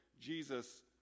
Jesus